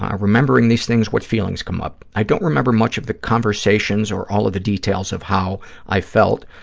ah remembering these things, what feelings come up? i don't remember much of the conversations or all of the details of how i felt.